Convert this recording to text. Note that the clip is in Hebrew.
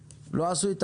היום.